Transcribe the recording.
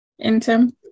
Intim